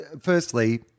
firstly